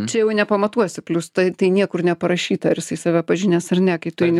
čia jau nepamatuosi plius tai tai niekur neparašyta ar jisai save pažinęs ar ne kai tu eini